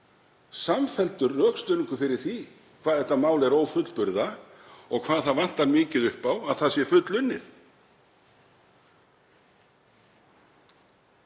samfelldur rökstuðningur fyrir því hvað þetta mál er ófullburða og hvað það vantar mikið upp á að það sé fullunnið.